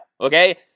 Okay